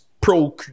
Pro